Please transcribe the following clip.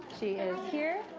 she is here.